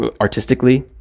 artistically